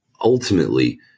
Ultimately